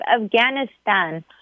Afghanistan